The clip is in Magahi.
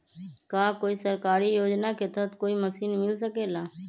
का कोई सरकारी योजना के तहत कोई मशीन मिल सकेला?